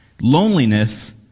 Loneliness